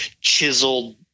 chiseled